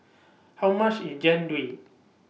How much IS Jian Dui